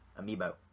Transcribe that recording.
Amiibo